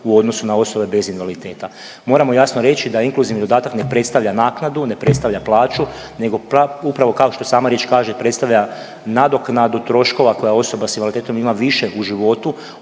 u odnosu na osobe bez invaliditeta. Moramo jasno reći da inkluzivni dodatak ne predstavlja naknadu, ne predstavlja plaću nego upravo kao što sama riječ kaže predstavlja nadoknadu troškova koja osoba s invaliditetom ima više u životu